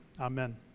Amen